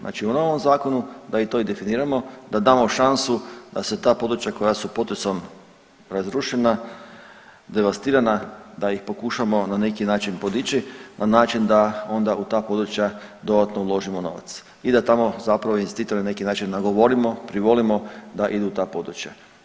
Znači u novom zakonu da i to definiramo, da damo šansu da se ta područja koja su potresom razrušena, devastirana, da ih pokušamo na neki način podiči na način da onda u ta područja dodatno uložimo novac i da tamo zapravo investitore na neki način nagovorimo, privolimo da idu u ta područja.